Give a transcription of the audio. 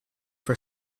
for